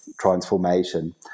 transformation